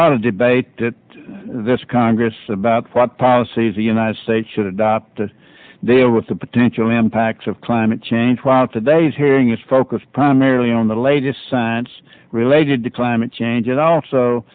lot of debate that this congress about what policies the united states should adopt to day with the potential impacts of climate change want today's hearing is focused primarily on the latest science related to climate change it also